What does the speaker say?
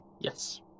Yes